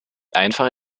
einfach